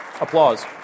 applause